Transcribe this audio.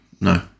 No